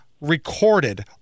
recorded